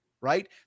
Right